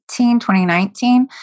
2019